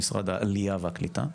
למשרד העלייה והקליטה,